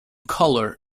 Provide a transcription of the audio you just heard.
colour